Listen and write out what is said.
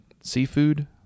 Seafood